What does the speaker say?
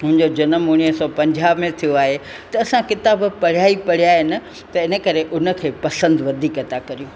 मुंहिंजो जनमु उणिवीह सौ पंजाह में थियो आहे त असां किताब पढ़िया ई पढ़िया आहिनि त इन करे उन खे पसंदि वधीक था करियूं